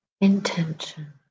intention